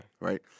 Right